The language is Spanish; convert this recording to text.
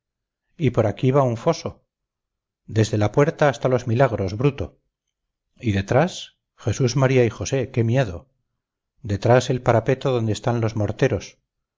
y por aquí va un foso desde la puerta hasta los milagros bruto y detrás jesús maría y josé qué miedo detrás el parapeto donde están los morteros